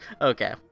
okay